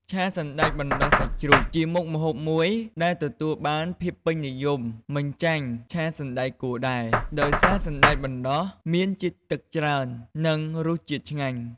ឆាសណ្តែកបណ្តុះសាច់ជ្រូក ជាមុខម្ហូបមួយដែលទទួលបានភាពពេញនិយមមិនចាញ់ឆាសណ្តែកគួរដែរ ដោយសារសណ្តែកបណ្តុះមានជាតិទឹកច្រើន និងរសជាតិឆ្ងាញ់។